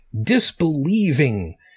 disbelieving